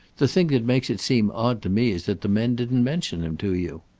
the thing that makes it seem odd to me is that the men didn't mention him to you.